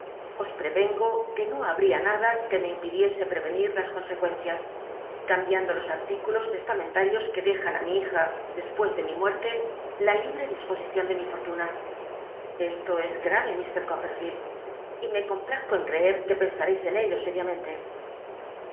os prevengo que no habría nada que me impidiese preyenir las consecuencias cambiando los artículos testamentarios que dejan ü mi hija despues de mi muerte la libre disposicion de mi fortuna esto es gta e lk cop pedleld y me complazco en c j'eet que pensa reis en ello sétiamen